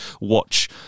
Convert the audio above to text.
watch